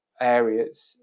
areas